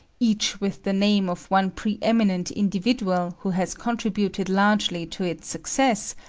each with the name of one pre-eminent individual who has contributed largely to its success,